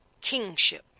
kingship